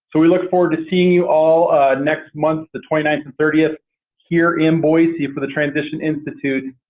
so we look forward to seeing you all next month, the twenty ninth and thirtieth here in boise for the transition institute.